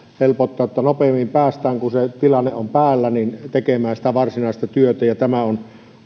helpottaa että nopeammin päästään kun tilanne on päällä tekemään sitä varsinaista työtä tämä on